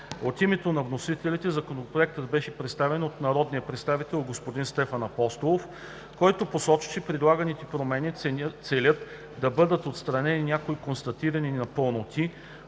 От името на вносителите Законопроектът беше представен от народния представител господин Стефан Апостолов, който посочи, че предлаганите промени целят да бъдат отстранени някои констатирани непълноти,